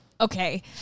Okay